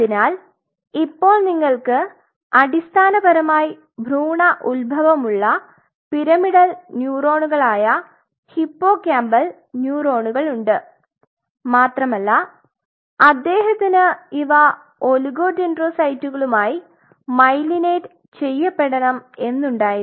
അതിനാൽ ഇപ്പൊ നിങ്ങൾക്ക് അടിസ്ഥാനപരമായി ഭ്രൂണ ഉത്ഭവമുള്ള പിരമിഡൽ ന്യൂറോണുകളായ ഹിപ്പോകാമ്പൽ ന്യൂറോണുകളുണ്ട് മാത്രമല്ല അദ്ദേഹത്തിന് ഇവ ഒളിഗോഡെൻഡ്രോസൈറ്റുകളുമായി മൈലിനേറ്റ് ചെയ്യപ്പെടണം എന്നുണ്ടായിരുന്നു